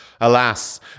Alas